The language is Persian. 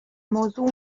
موضوع